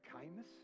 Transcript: kindness